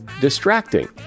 distracting